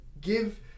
give